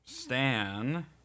Stan